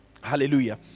Hallelujah